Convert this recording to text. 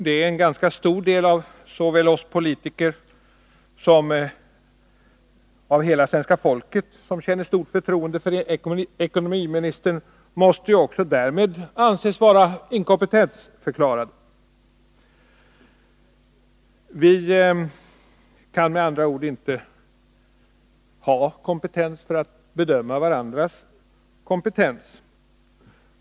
Den ganska stora del av såväl oss politiker som svenska folket som känner stort förtroende för ekonomiministern måste därmed också anses vara inkompetensförklarad. Vi kan med andra ord inte ha kompetens att bedöma varandras kompetens.